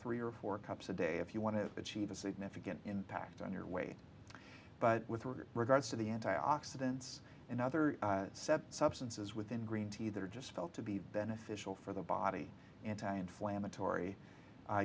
three or four cups a day if you want to achieve a significant impact on your way but with regards to the anti oxidants and other substances within green tea that are just felt to be beneficial for the body anti inflammatory